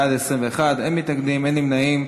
בעד, 21, אין מתנגדים, אין נמנעים.